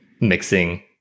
mixing